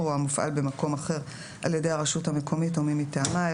או המופעל במקום אחר על ידי הרשות המקומית או מי מטעמה,